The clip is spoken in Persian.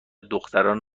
دختران